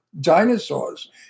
dinosaurs